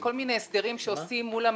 אלה כל מיני הסדרים שעושים מול המעסיקים,